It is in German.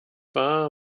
wahr